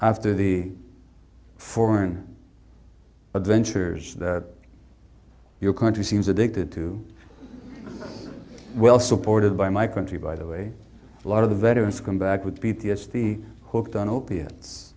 after the foreign adventures that your country seems addicted to well supported by my country by the way a lot of the veterans come back with p t s d hooked on opiates